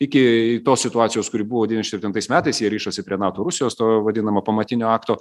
iki tos situacijos kuri buvo po devyniašim septintais metais jie rišasi prie nato rusijos to vadinamo pamatinio akto